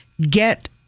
get